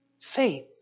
faith